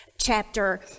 Chapter